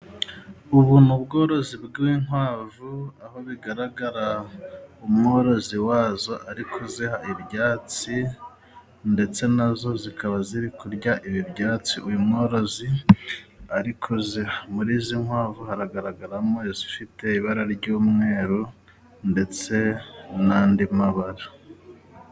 Ubu ni ubworozi bw'inkwavu aho bigaragara umworozi wazo ari kuziha ibyatsi ndetse nazo zikaba ziri kurya ibi byatsi uyu mworozi ari kuziha, muri izi nkwavu haragaragaramo izifite ibara ry'umweru ndetse n'andi mabara.